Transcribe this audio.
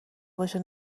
باشه